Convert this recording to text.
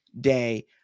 day